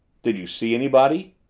did you see anybody?